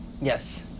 Yes